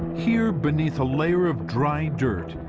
here, beneath a layer of dry dirt,